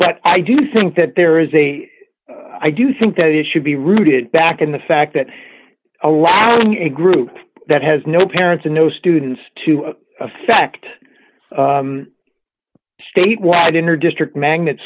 but i do think that there is a i do think that it should be rooted back in the fact that allowing a group that has no parents and no students to affect statewide in her district magnet